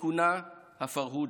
שכונה "פרהוד"